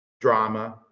drama